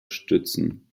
stützen